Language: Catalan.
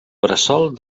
bressol